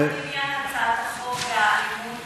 אבל מה בעניין הצעת החוק והאלימות שהתווספה,